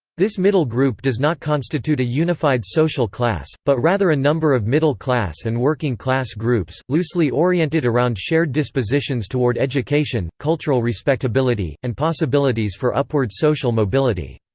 this middle group does not constitute a unified social class, but rather a number of middle-class and working-class groups, loosely oriented around shared dispositions toward education, cultural respectability, and possibilities for upward social mobility.